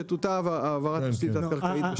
שתותר העברת תשתית תת-קרקעית.